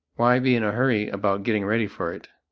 why be in a hurry about getting ready for it?